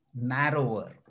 narrower